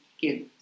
give